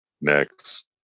Next